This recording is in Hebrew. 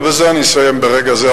ובזה אני אסיים ברגע זה,